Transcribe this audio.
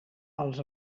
als